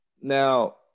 Now